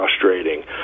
frustrating